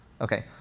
Okay